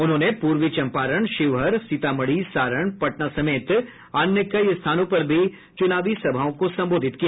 उन्होंने पूर्वी चम्पारण शिवहर सीतामढ़ी सारण पटना समेत अन्य कई स्थानों पर भी चुनावी सभाओं को संबोधित किया